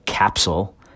capsule